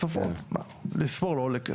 הן סופרות, לספור לא עולה כסף.